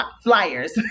flyers